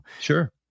Sure